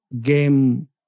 game